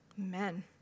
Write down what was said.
Amen